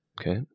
Okay